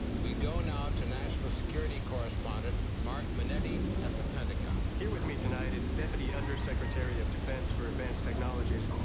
we go now to national security correspondent mark manetti at the pentagon. here with me tonight is the deputy undersecretary of defense for advanced technologies,